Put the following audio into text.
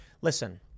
Listen